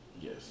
Yes